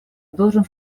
должен